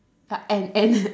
ah end end